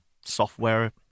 software